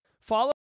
Follow